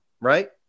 Right